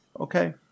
Okay